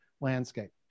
landscape